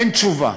אין תשובה.